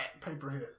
paperhead